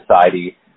society